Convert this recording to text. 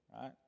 Right